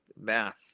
math